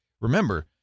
Remember